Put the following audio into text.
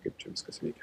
kaip čia viskas veikia